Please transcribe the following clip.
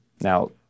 Now